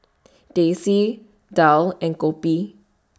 Teh C Daal and Kopi